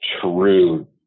true